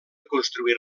construir